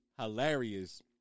hilarious